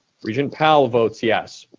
regent powell votes yes.